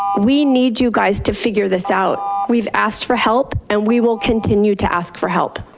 we need you guys to figure this out, we've asked for help and we will continue to ask for help.